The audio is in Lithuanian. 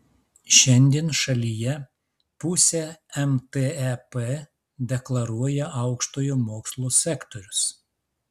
šiandien šalyje pusę mtep deklaruoja aukštojo mokslo sektorius